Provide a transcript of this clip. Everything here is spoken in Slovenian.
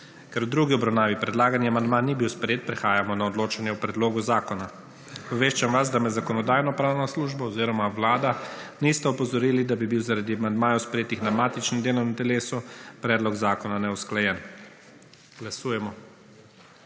Ker v drugi obravnavi predlagani amandma ni bil sprejet, prehajamo na odločanje o predlogu zakona. Obveščam vas, da me Zakonodajno-pravna služba oziroma vlada nista opozorili, da bi bil zaradi amandmajev, sprejetih na matičnem delovnem telesu, predlog zakona neusklajen. Glasujemo.